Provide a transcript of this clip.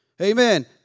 Amen